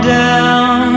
down